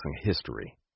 history